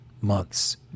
months